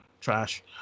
Trash